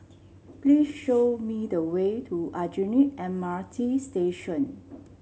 please show me the way to Aljunied M R T Station